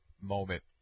moment